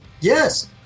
Yes